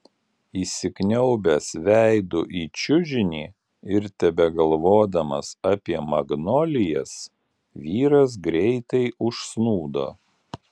įsikniaubęs veidu į čiužinį ir tebegalvodamas apie magnolijas vyras greitai užsnūdo